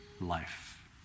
life